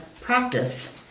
practice